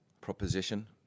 proposition